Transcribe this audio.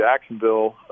Jacksonville